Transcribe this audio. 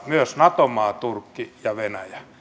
myös nato maa turkki ja venäjä